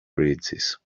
bridges